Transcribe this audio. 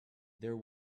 there